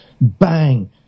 bang